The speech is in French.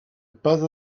pas